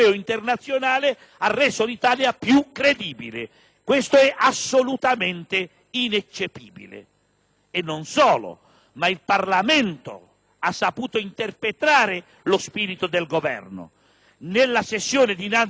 Non solo. Il Parlamento ha saputo interpretare lo spirito del Governo: nella sessione di bilancio al Senato sono state approvate soltanto alcune importanti misure necessarie